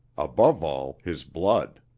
above all his blood.